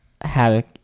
havoc